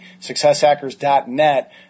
successhackers.net